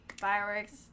fireworks